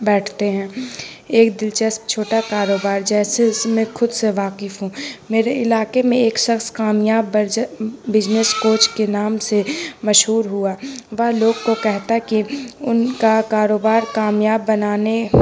بیٹھتے ہیں ایک دلچسپ چھوٹا کاروبار جیسے اس میں خود سے واقف ہوں میرے علاقے میں ایک شخص کامیاب بجنس کوچ کے نام سے مشہور ہوا وہ لوگ کو کہتا کہ ان کا کاروبار کامیاب بنانے